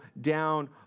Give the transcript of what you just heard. down